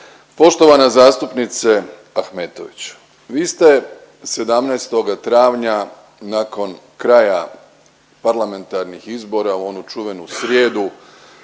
Poštovana zastupnice Ahmetović, vi ste 17. travnja nakon kraja parlamentarnih izbora u onu čuvenu srijedu